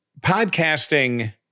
podcasting